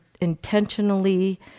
intentionally